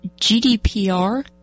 gdpr